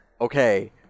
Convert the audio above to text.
okay